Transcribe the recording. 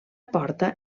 porta